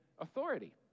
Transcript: authority